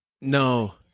no